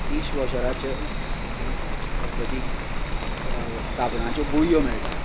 dish वाॅशराचेर हेतून पद्दतीक साबणाच्यो गुळयो मेळटा